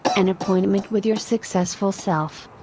an appointment with your successful self.